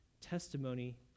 testimony